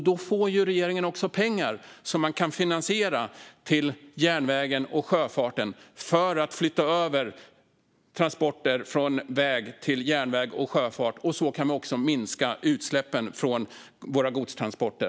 Då får ju regeringen också pengar för finansiering av järnvägen och sjöfarten så att transporter kan flyttas från väg till järnväg och sjöfart. Så kan vi också minska utsläppen från våra godstransporter.